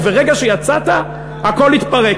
וברגע שיצאת הכול התפרק.